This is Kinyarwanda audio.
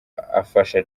afasha